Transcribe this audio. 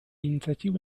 инициативы